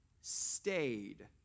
stayed